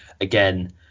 again